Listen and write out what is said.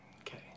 Okay